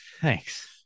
thanks